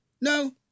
No